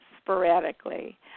sporadically